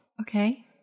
okay